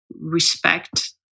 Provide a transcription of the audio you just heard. respect